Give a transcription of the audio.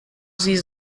sie